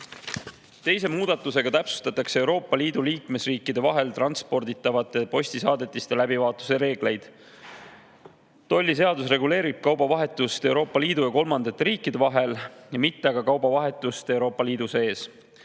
Teise muudatusega täpsustatakse Euroopa Liidu liikmesriikide vahel transporditavate postisaadetiste läbivaatuse reegleid. Tolliseadus reguleerib kaubavahetust Euroopa Liidu ja kolmandate riikide vahel, mitte aga Euroopa Liidu sees.